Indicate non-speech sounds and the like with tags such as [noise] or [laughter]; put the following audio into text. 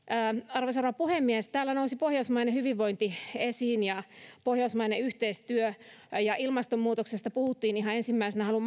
arvoisa rouva puhemies täällä nousi esiin pohjoismainen hyvinvointi ja pohjoismainen yhteistyö ja ilmastonmuutoksesta puhuttiin ihan ensimmäisenä haluan [unintelligible]